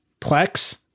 Plex